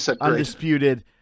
undisputed